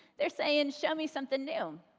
they're saying, show me something new.